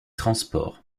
transport